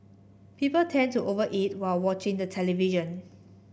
people tend to over eat while watching the television